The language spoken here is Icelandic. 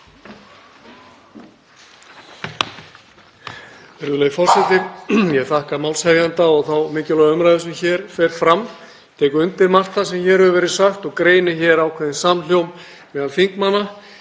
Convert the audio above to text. Virðulegi forseti. Ég þakka málshefjanda fyrir þá mikilvægu umræðu sem hér fer fram. Ég tek undir margt það sem hér hefur verið sagt og greini hér ákveðinn samhljóm meðal þingmanna